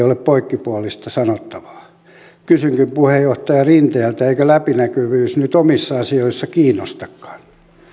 ole poikkipuolista sanottavaa kysynkin puheenjohtaja rinteeltä eikö läpinäkyvyys nyt omissa asioissa kiinnostakaan